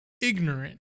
ignorant